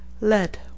Lead